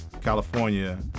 California